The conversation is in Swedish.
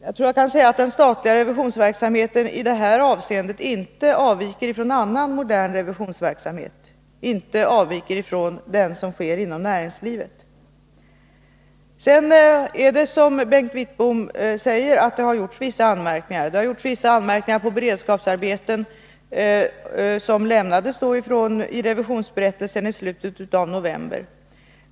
Jag tror inte att den statliga revisionsverksamheten i det avseendet avviker från annan modern revisionsverksamhet, från den revision som sker inom näringslivet. Det har, som Bengt Wittbom säger, framförts vissa anmärkningar, bl.a. mot beredskapsarbeten, i den rapport som lämnades i samband med revisionsberättelsen i slutet avnovember.